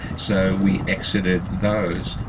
so we exited those.